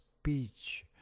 speech